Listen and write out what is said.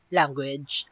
language